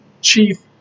chief